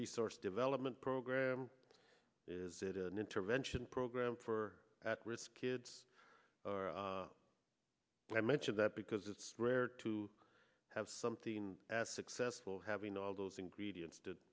resource development program is it an intervention program for at risk kids and i mention that because it's rare to have something as successful having all those ingredients